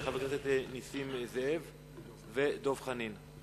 של חבר הכנסת נסים זאב ושל חבר הכנסת דב חנין.